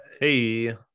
Hey